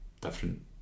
different